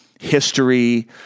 history